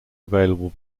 available